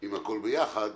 עם הכול ביחד?